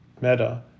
Meta